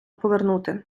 повернути